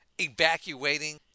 evacuating